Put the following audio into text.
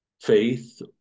Faith